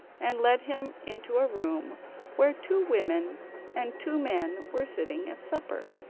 and led him into a room where two women and two men were sitting at supper.